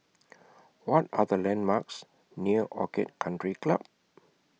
What Are The landmarks near Orchid Country Club